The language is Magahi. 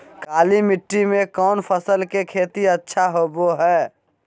काली मिट्टी में कौन फसल के खेती अच्छा होबो है?